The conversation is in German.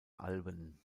alben